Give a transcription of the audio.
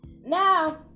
now